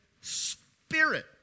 spirit